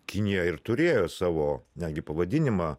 kinija ir turėjo savo netgi pavadinimą